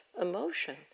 emotion